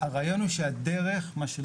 הרעיון הוא שאתה צריך לעבור דרך ארוכה מאוד,